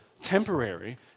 temporary